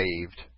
saved